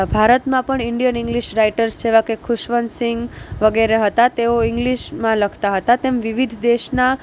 ભારતમાં પણ Indian English writers જેવા કે ખુશવંત સિંગ વગેરે હતા તેઓ ઇંગ્લિશમાં લખતા હતા તેમ વિવિધ દેશના